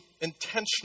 intentional